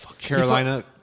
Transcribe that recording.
Carolina